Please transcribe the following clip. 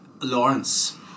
Lawrence